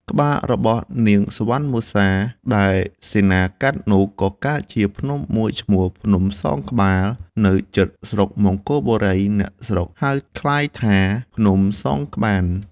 ក្បាលរបស់នាងសុវណ្ណមសា ដែលសេនាកាត់នោះ ក៏កើតជាភ្នំមួយឈ្មោះ ភ្នំសងក្បាល នៅជិតស្រុកមង្គលបុរី (អ្នកស្រុកហៅក្លាយថា ភ្នំសងក្បាន)។